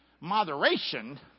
Moderation